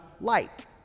light